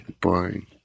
boring